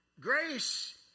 Grace